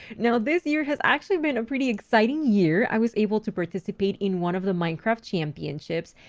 now, this year has actually been a pretty exciting year. i was able to participate in one of the minecraft championships,